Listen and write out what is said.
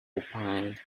opined